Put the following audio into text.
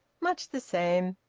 much the same.